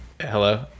Hello